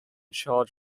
charge